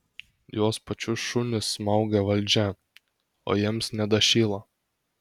juos pačius šunis smaugia valdžia o jiems nedašyla